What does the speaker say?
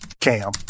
Cam